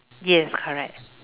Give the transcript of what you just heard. yes correct